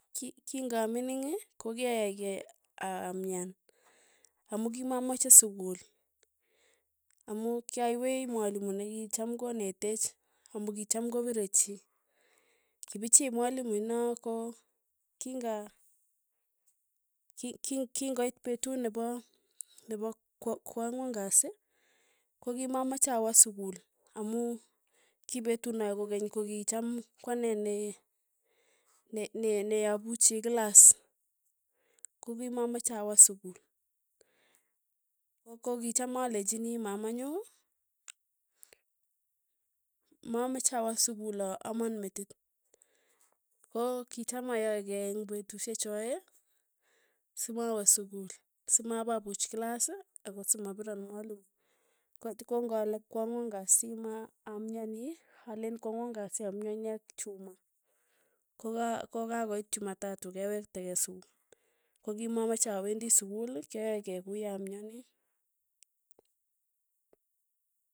Ki- king'aminik ko kyaae kei aa- amyan amu kimamache sukul, amu kyawei mwalimu nikicham konetech, amu kicham kopire chii, kipichii mwalimu inoo ko king'a ki- ki- king'oit petuu nepo nepo kwa- kwang'wan kasi, kokimamache awa sukul amu kipetunoe kokeny kokicham kwane ne ne- ne neapuchi klas, kokimamache awa sukul, ko- kokicham alechini mamanyu, mamache awa sukul a- aman metit, ko kicham ayae eng' petushe choee, simawe sukul, simapapuch kilas ako simapira mwalimu. kot ko ng'ale kwangwan kasi ma amyani aleen kwangwan kasi amyani ak chumaa, ko ka ko ka koit chumatatu kewektekei sukul, kokimamache awendi sukul, kyayae kei kuya amyani.